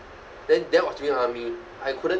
then that was during army I couldn't